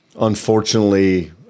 unfortunately